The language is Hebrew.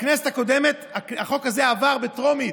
בכנסת הקודמת החוק הזה עבר בטרומית.